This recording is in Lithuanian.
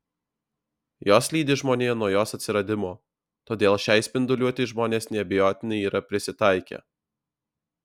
jos lydi žmoniją nuo jos atsiradimo todėl šiai spinduliuotei žmonės neabejotinai yra prisitaikę